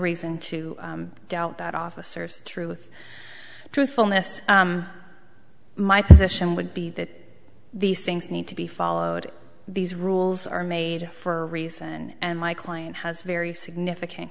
reason to doubt that officers truth truthfulness my position would be that these things need to be followed these rules are made for a reason and my client has very significant